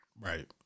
Right